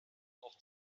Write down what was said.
auch